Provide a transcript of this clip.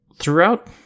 throughout